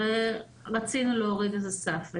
ורצינו להוריד אז הסף.